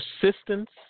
persistence